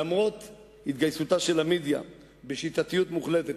למרות התגייסותה של המדיה בשיטתיות מוחלטת